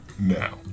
Now